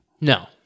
No